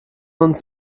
uns